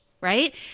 right